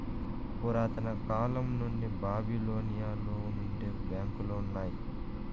పురాతన కాలం నుండి బాబిలోనియలో నుండే బ్యాంకులు ఉన్నాయి